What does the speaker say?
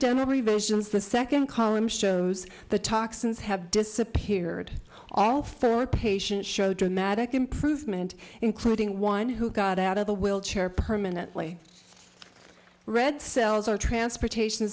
demo revisions the second column shows the toxins have disappeared all four patients show dramatic improvement including one who got out of the will chair permanently red cells are transportation